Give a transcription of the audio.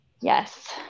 yes